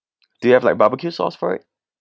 do you have like barbecue sauce for it